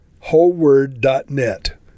Wholeword.net